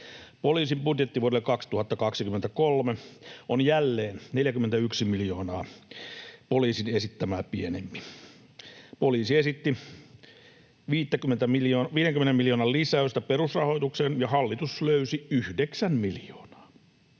Poliisin budjetti vuodelle 2023 on jälleen 41 miljoonaa poliisin esittämää pienempi. Poliisi esitti 50 miljoonan lisäystä perusrahoitukseen ja hallitus löysi yhdeksän miljoonaa